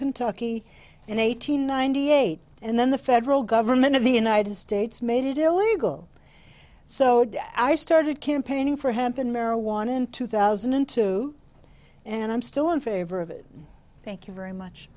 kentucky and eight hundred ninety eight and then the federal government of the united states made it illegal so i started campaigning for hemp in marijuana in two thousand and two and i'm still in favor of it thank you very much